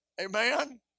Amen